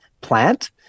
plant